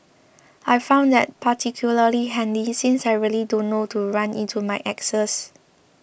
I found that particularly handy since I really don't want to run into my exes